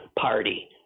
Party